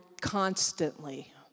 constantly